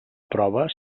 prova